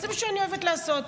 זה מה שאני אוהבת לעשות.